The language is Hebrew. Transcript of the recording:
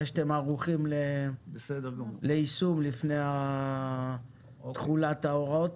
מתי שאתם ערוכים ליישום לפני תחולת ההוראות